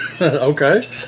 Okay